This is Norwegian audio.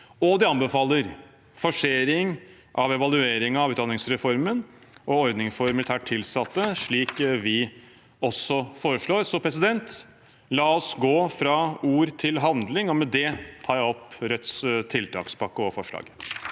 og de anbefaler forsering av evaluering av utdanningsreformen og ordningen for militært tilsatte, slik vi også foreslår. Så la oss gå fra ord til handling. Med det tar jeg opp Rødts tiltakspakke og forslag.